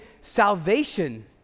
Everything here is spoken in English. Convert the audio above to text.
salvation